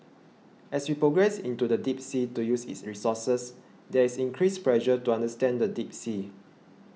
as we progress into the deep sea to use its resources there is increased pressure to understand the deep sea